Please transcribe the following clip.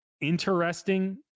interesting